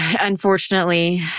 unfortunately